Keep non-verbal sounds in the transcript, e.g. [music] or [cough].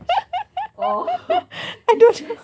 [noise] I don't know